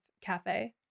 cafe